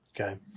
Okay